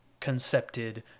concepted